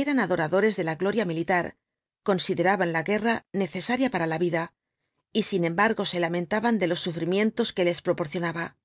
eran adoradores de la gloria militar consideraban la guerra necesaria para la vida y sin embargo se lamentaban de los sufrimientos que les proporcionaba